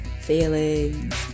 Feelings